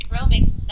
Roaming